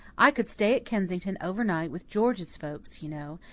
i could stay at kensington over night with george's folks, you know,